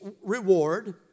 reward